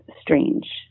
strange